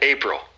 April